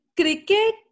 cricket